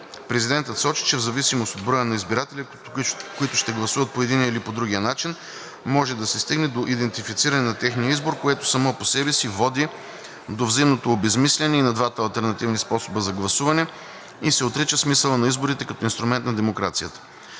Президентът сочи, че в зависимост от броя на избирателите, които ще гласуват по единия или по другия начин, може да се стигне до идентифициране на техния избор, което само по себе си води до взаимното обезсмисляне и на двата алтернативни способа за гласуване и се отрича смисълът на изборите като инструмент на демокрацията.